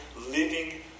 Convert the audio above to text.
living